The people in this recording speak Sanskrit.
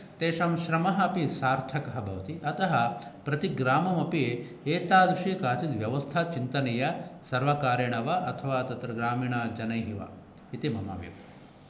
तेषां श्रमः अपि सार्थकः भवति अतः प्रतिग्रामम् अपि एतादृशी काचित् व्यवस्था चिन्तनीया सर्वकारेण वा अथवा तत्र ग्रामीणजनैः वा इति मम अभिप्रायः